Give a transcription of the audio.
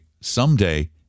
someday